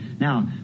Now